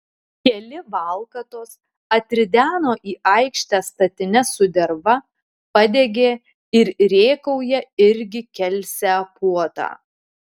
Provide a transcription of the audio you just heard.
keli valkatos atrideno į aikštę statines su derva padegė ir rėkauja irgi kelsią puotą